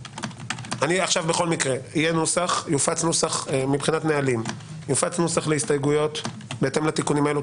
בכל מקרה יופץ נוסח להסתייגויות בהתאם לתיקונים האלה.